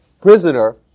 prisoner